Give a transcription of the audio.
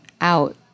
out